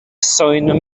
simum